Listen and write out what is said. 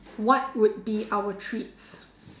what would be our treats